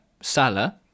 Sala